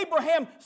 Abraham